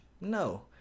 no